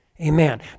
Amen